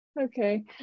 okay